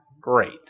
great